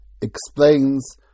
Explains